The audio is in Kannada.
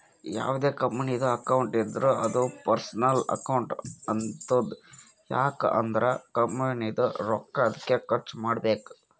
ಯಾವ್ದೇ ಕಂಪನಿದು ಅಕೌಂಟ್ ಇದ್ದೂರ ಅದೂ ಪರ್ಸನಲ್ ಅಕೌಂಟ್ ಆತುದ್ ಯಾಕ್ ಅಂದುರ್ ಕಂಪನಿದು ರೊಕ್ಕಾ ಅದ್ಕೆ ಖರ್ಚ ಮಾಡ್ಬೇಕು